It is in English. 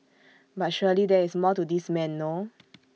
but surely there is more to this man no